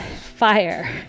Fire